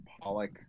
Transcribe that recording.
Pollock